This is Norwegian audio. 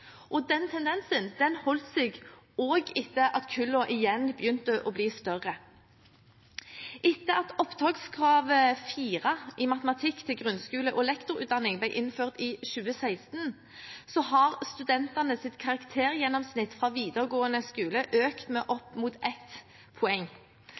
og den tendensen holdt seg også etter at kullene igjen begynte å bli større. Etter at opptakskravet om karakteren 4 i matematikk til grunnskole- og lektorutdanning ble innført i 2016, har studentenes karaktergjennomsnitt fra videregående skole økt med